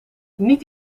niet